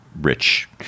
rich